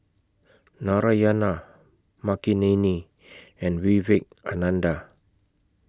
Narayana Makineni and Vivekananda